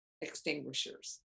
extinguishers